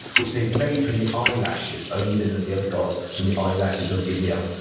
which they've made from the eyelashes, odin and the other gods, from the eyelashes um ymir.